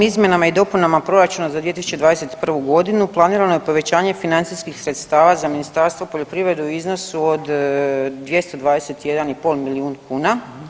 Ovim izmjenama i dopunama proračuna za 2021. godinu planirano je povećanje financijskih sredstava za Ministarstvo poljoprivrede u iznosu od 221,5 milijun kuna.